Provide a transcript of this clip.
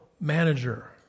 manager